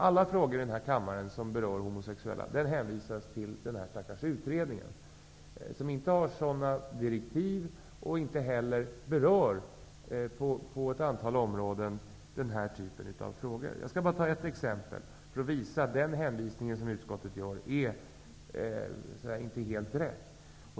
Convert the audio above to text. Alla frågor i denna kammare som berör homosexuella hänvisas till denna utredning, trots att direktiven för utredningen inte är sådana och trots att den här typen av frågor på ett antal områden inte heller berörs. Låt mig ta ett exempel för att visa att den hänvisning som utskottet gör inte är helt rätt.